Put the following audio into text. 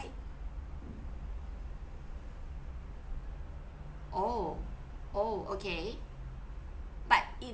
oh oh okay but if